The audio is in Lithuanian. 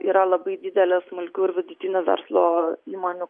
yra labai didelė smulkių ir vidutinių verslo įmonių